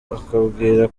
akambwira